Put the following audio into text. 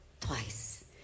twice